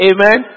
Amen